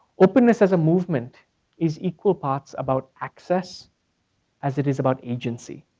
openness as a movement is equal parts about access as it is about agency.